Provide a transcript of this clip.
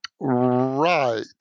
Right